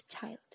child